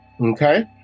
Okay